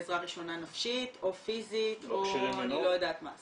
אולי חלקם זקוקים לעזרה ראשונה נפשית או פיזית או אני לא יודעת מה.